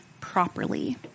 properly